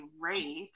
rate